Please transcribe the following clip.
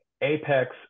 apex